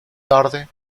tarde